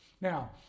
Now